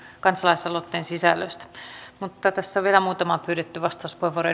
kansalaisaloitteen sisällöstä tässä on vielä muutama pyydetty vastauspuheenvuoro